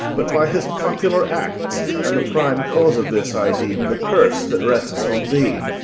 but by his popular acts and the prime cause of this i deem the curse that rests on thee.